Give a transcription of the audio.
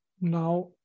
now